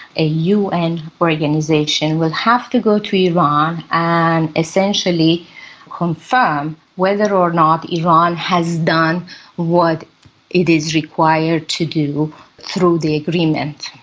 a un organisation, will have to go to iran and essentially confirm whether or not iran has done what it is required to do through the agreement,